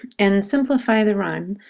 and simplify the rhyme,